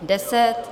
10.